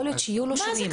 יכול להיות שיהיו בו שינויים.